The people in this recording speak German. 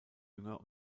jünger